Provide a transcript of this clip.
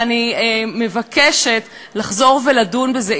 ואני מבקשת לחזור ולדון בזה.